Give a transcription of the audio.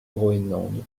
groenland